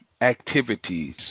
activities